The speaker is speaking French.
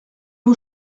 vos